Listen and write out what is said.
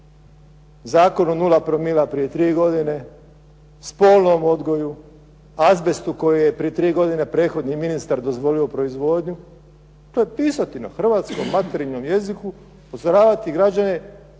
zakon o 0 promila prije tri godine, spolnom odgoju, azbestu koji je prije tri godine prethodni ministar dozvolio proizvodnju, pisati na hrvatskom materinjem jeziku, upozoravati građane